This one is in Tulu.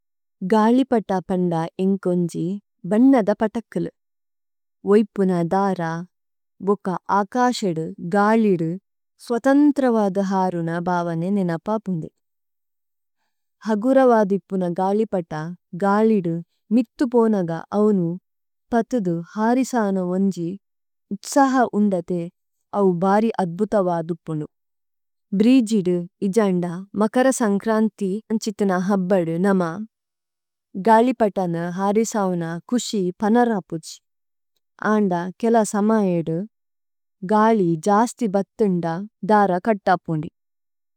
ഗാലിപടാ പണദാ ഇംകംജി ബണനദ പടകലി, വഈപന ദാരാ, ഗഊകാ ആകാശിഡി ഗാലിഡി സവതംതരവാദ ഹാരണാ ഭാവന� ഹഗരവാദിപന ഗാലിപടാ ഗാലിഡി മിതം പണഗാ അവനം പതദഁ ഹാരിസാനവനജി ഉചസഹാ ഉണഡതഇ അവവാരി അദബി� അദബിതവാദിപനം ബിരിജിഡി ഇജാണഡാ മകരസാംഗരാനതി മനചിതനാ ഹബഡി നമാ ഗാലിപടാന ഹാരിസാനാ കഉ� ആണഡാ കിലാ സമായഡി ഗാലി ജാസതി ബകതിംഡാ ദാരക കടടപണി।